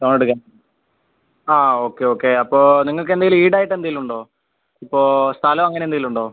loan എടുക്കാൻ ആ okay okay അപ്പോൾ നിങ്ങൾക്കെന്തെങ്കിലും ഈടായിട്ട് എന്തെങ്കിലും ഉണ്ടോ ഇപ്പോൾ സ്ഥലമോ അങ്ങനെ എന്തെങ്കിലും ഉണ്ടോ